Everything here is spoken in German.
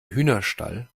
hühnerstall